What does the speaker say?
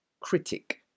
critic